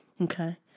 Okay